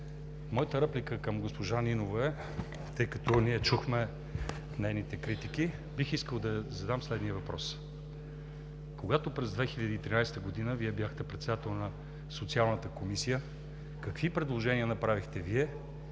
Моята реплика е към госпожа Нинова. Тъй като ние чухме нейните критики, бих искал да ѝ задам следния въпрос: когато през 2013 г. Вие бяхте председател на Социалната комисия, какви предложения направихте и